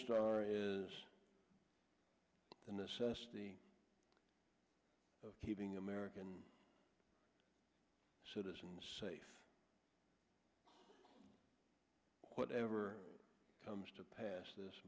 star is the necessity of keeping american citizens safe whatever comes to pass th